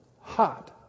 hot